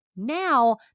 Now